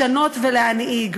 לשנות ולהנהיג.